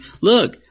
look